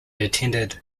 attended